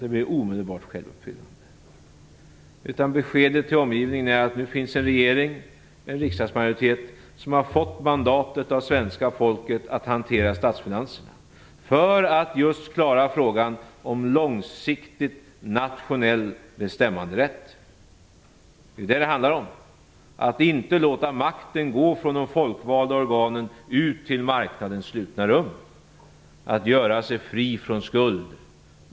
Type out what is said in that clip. Det blir omedelbart självuppfyllande. Beskedet till omgivningen är att det finns en regering och en riksdagsmajoritet som har fått mandatet av svenska folket att hantera statsfinanserna för att klara just frågan om långsiktig nationell bestämmanderätt. Det är vad det handlar om, att inte låta makten gå från de folkvalda organen ut till marknadens slutna rum, att göra sig fri från skuld.